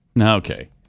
Okay